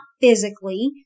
physically